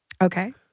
okay